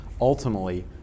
ultimately